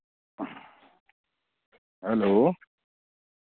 hello